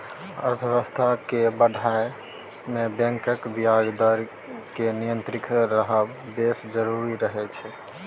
अर्थबेबस्था केँ बढ़य मे बैंकक ब्याज दर केर नियंत्रित रहब बेस जरुरी रहय छै